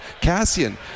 Cassian